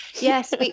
Yes